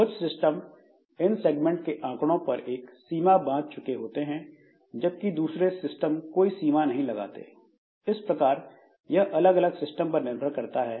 कुछ सिस्टम इन सेगमेंट के आंकड़ों पर एक सीमा बांध चुके हैं जबकि दूसरे सिस्टम कोई सीमा नहीं लगाते इस प्रकार यह अलग अलग सिस्टम पर निर्भर करता है